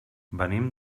venim